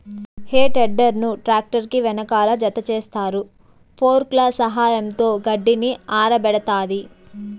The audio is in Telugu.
హే టెడ్డర్ ను ట్రాక్టర్ కి వెనకాల జతచేస్తారు, ఫోర్క్ల సహాయంతో గడ్డిని ఆరబెడతాది